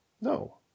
No